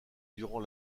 durant